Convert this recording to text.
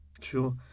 Sure